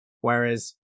Whereas